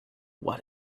what